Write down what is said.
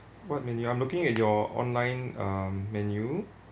what menu I'm looking at your online um menu